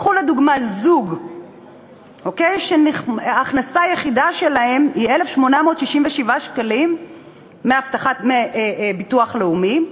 קחו לדוגמה זוג שההכנסה היחידה שלהם היא 1,867 שקלים מביטוח לאומי.